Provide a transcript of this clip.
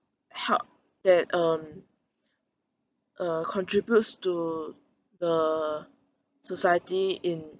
help that um uh contributes to the society in